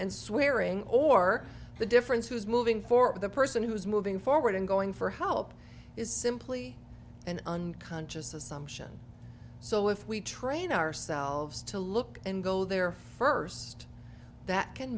and swearing or the difference who is moving for the person who is moving forward and going for help is simply an unconscious assumption so if we train ourselves to look and go there first that can